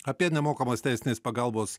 apie nemokamos teisinės pagalbos